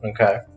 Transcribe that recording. Okay